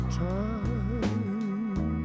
time